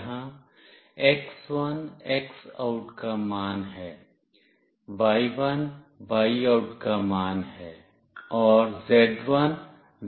यहाँ x1 X OUT का मान है y1 Y OUT का मान है और z1 Z OUT का मान है